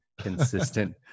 consistent